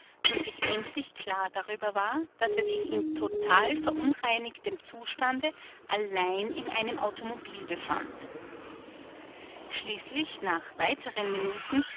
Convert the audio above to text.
und sich endlich klar darüber war daß er sich in total verunreinigtem zustande allein in einem automobil befand schließlich nach weiteren minuten